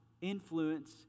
influence